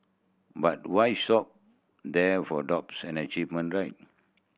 but why there for doubts achievement right